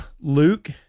Luke